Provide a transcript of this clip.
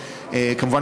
כמובן,